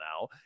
now